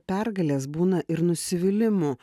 pergalės būna ir nusivylimų